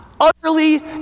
utterly